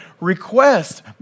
request